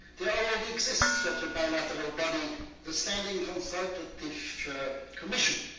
there already exist such a bilateral body the standing consultative commission,